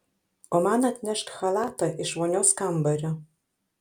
o man atnešk chalatą iš vonios kambario